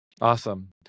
Awesome